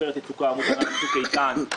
בעופרת יצוקה או בצוק איתן,